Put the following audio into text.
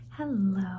Hello